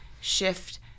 shift